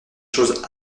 choses